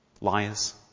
liars